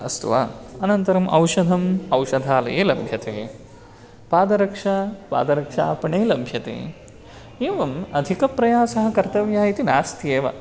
अस्तु वा अनन्तरम् औषधम् औषधालये लभ्यते पादरक्षा पादरक्षापणे लभ्यते एवम् अधिकप्रयासः कर्तव्यः इति नास्त्येव